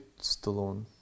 Stallone